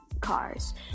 cars